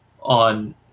on